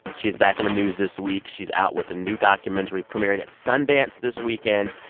but she's back in the news this week. she's out with a new documentary premiering at sundance this weekend.